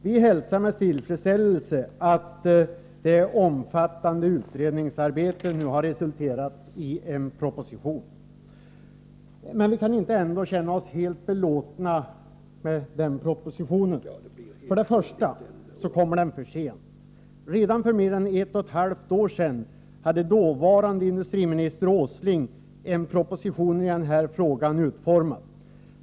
Vi hälsar med tillfredsställelse att det omfattande utredningsarbetet nu har resulterat i en proposition. Men vi kan ändå inte känna oss helt belåtna med propositionen. Först och främst kommer den för sent. Redan för mer än ett och ett halvt år sedan hade dåvarande industriminister Åsling en proposition i den här frågan utformad.